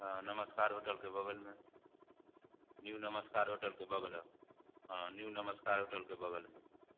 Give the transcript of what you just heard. हँ नमस्कार होटलके बगलमे न्यू नमस्कार होटलके बगल हँ न्यू नमस्कार होटलके बगलमे